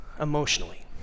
emotionally